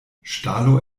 ŝtalo